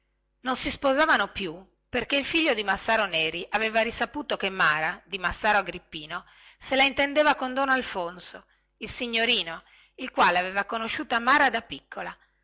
non si sposavano più perchè il figlio di massaro neri aveva risaputo che mara di massaro agrippino se la intendeva con don alfonso il signorino il quale aveva conosciuta mara da piccola